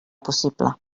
possible